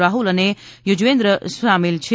રાહ્લ અને યુઝવેન્દ્ર શામેલ છે